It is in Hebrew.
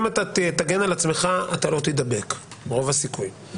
אם תגן על עצמך, רוב הסיכויים שלא תידבק.